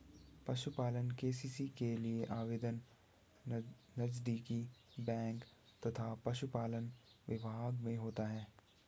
पशुपालन के.सी.सी के लिए आवेदन नजदीकी बैंक तथा पशुपालन विभाग में होता है